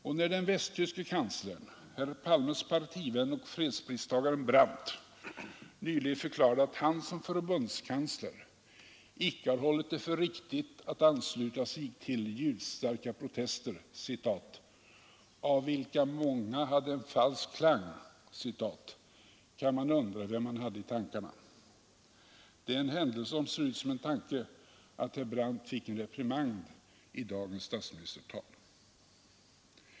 Och när den västtyske kanslern, herr Palmes partivän fredspristagaren Brandt, nyligen förklarade att han som förbundskansler icke har hållit det för riktigt att ansluta sig till ljudstarka protester ”av vilka många hade en falsk klang”, kan man undra vem han hade i tankarna. Det är en händelse som ser ut som en tanke att herr Brandt fick en reprimand i dagens statsministertal.